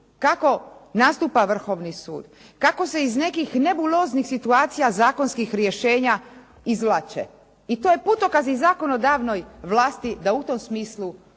kako nastupa Vrhovni sud, kako se iz nekih nebuloznih situacija zakonskih rješenja izvlače. I to je putokaz i zakonodavnoj vlasti da u tom smislu učine